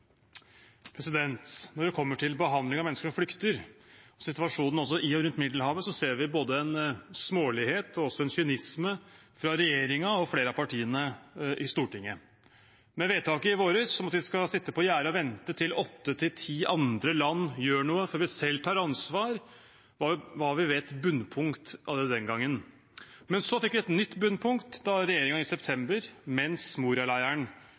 Når det gjelder behandling av mennesker som flykter, og situasjonen i og rundt Middelhavet, ser vi både en smålighet og en kynisme fra regjeringen og flere av partiene i Stortinget. Med vedtaket i vår, om at vi skal sitte på gjerdet og vente til åtte–ti andre land gjør noe, før vi selv tar ansvar, var vi ved et bunnpunkt ved det. Så fikk vi et nytt bunnpunkt da regjeringen i september, mens